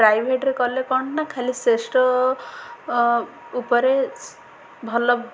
ପ୍ରାଇଭେଟ୍ରେ କଲେ କ'ଣ ନା ଖାଲି ଶ୍ରେଷ୍ଠ ଉପରେ ସ୍ ଭଲ